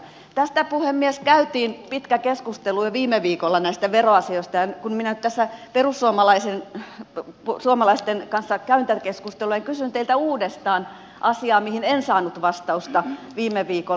näistä veroasioista puhemies käytiin pitkä keskustelu jo viime viikolla ja kun minä nyt tässä perussuomalaisten kanssa käyn tätä keskustelua niin kysyn teiltä uudestaan asiaa mihin en saanut vastausta viime viikolla